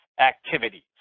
activities